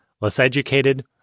less-educated